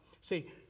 See